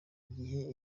igihe